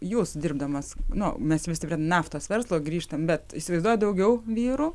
jūs dirbdamas nu mes vis tik prie naftos verslo grįžtam bet įsivaizduoju daugiau vyrų